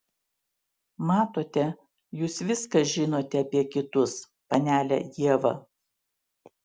matote jūs viską žinote apie kitus panele ieva